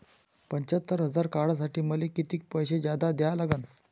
पंच्यात्तर हजार काढासाठी मले कितीक पैसे जादा द्या लागन?